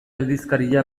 aldizkaria